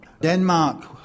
Denmark